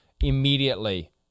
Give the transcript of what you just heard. immediately